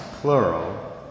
plural